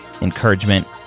encouragement